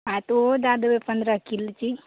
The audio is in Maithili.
हँ तऽ ओहो दए देबै पन्द्रह के जी